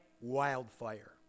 wildfire